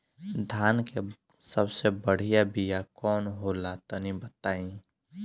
धान के सबसे बढ़िया बिया कौन हो ला तनि बाताई?